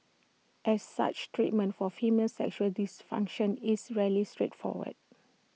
as such treatment for female sexual dysfunction is rarely straightforward